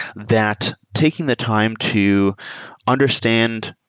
that taking the time to understand,